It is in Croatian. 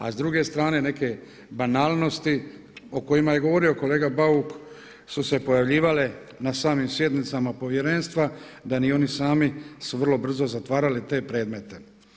A s druge strane neke banalnosti o kojima je govorio kolega Bauk su se pojavljivale na samim sjednicama povjerenstva da ni oni sami su vrlo brzo zatvarali te predmete.